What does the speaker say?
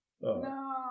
No